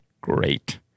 Great